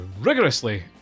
Rigorously